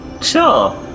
Sure